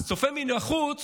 הצופה מבחוץ